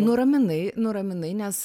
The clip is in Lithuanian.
nuraminai nuraminai nes